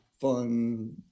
fun